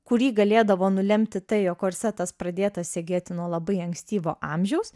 kurį galėdavo nulemti tai jog korsetas pradėtas segėti nuo labai ankstyvo amžiaus